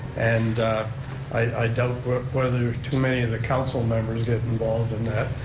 and i doubt whether too many of the council members get involved in that,